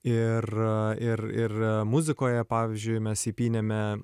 ir ir ir muzikoje pavyzdžiui mes įpynėme